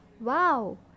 wow